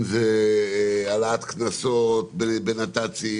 אם זה העלאת קנסות בנת"צים,